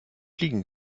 fliegen